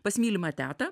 pas mylimą tetą